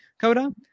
coda